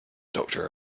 doctor